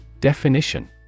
Definition